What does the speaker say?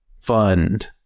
fund